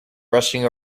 rushing